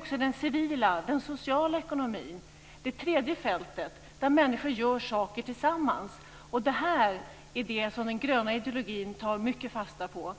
och den civila, den sociala, ekonomin - det tredje fältet där människor gör saker tillsammans. Det är det här som den gröna ideologin mycket tar fasta på.